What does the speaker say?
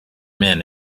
men